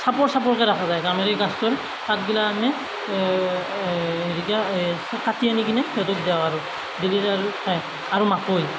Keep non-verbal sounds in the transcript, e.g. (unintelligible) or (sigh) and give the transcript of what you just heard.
চাপৰ চাপৰকৈ ৰখা যায় গমাৰি গাছটোৰ পাতবিলাক আমি (unintelligible) কাটি আনি কিনে সিহঁতক দিওঁ আৰু দিলে আৰু খাই আৰু মাকৈ